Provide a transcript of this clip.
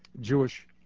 Jewish